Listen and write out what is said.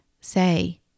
say